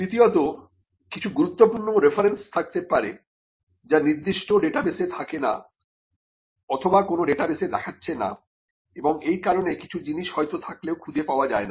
তৃতীয়তঃ কিছু গুরুত্বপূর্ণ রেফারেন্স থাকতে পারে যা নির্দিষ্ট ডাটাবেসে থাকে না অথবা কোন ডাটাবেসে দেখাচ্ছেনা এবং এই কারণে কিছু জিনিস হয়ত থাকলেও খুঁজে পাওয়া যায় না